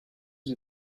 you